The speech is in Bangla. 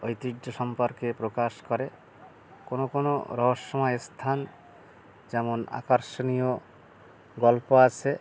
ঐতিহ্য সম্পর্কে প্রকাশ করে কোনও কোনও রহস্যময় স্থান যেমন আকর্ষণীয় গল্প আছে